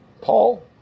Paul